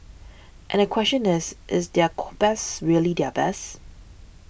and the question is is their best really their best